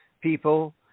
people